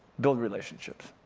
build relationships.